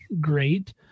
great